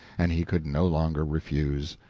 and he could no longer refuse.